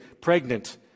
pregnant